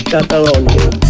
Catalonia